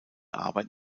arbeit